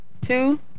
two